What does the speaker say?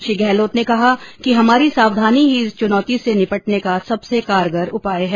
श्री गहलोत ने कहा कि हमारी सावधानी ही इस चुनौती से निपटने का सबसे कारगर उपाय है